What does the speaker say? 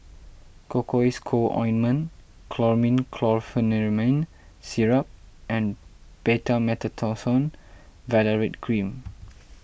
Cocois Co Ointment Chlormine Chlorpheniramine Syrup and Betamethasone Valerate Cream